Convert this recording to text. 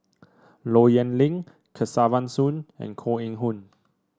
Low Yen Ling Kesavan Soon and Koh Eng Hoon